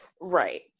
right